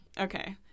Okay